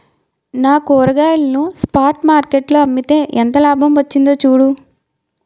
నా కూరగాయలను spot market లో అమ్మితే ఎంత లాభం వచ్చిందో చూడు